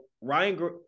Ryan